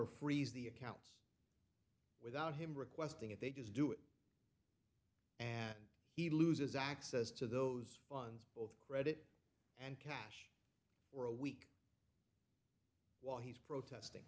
or freeze the accounts without him requesting it they just do it and he loses access to those funds credit and cash or a week while he's protesting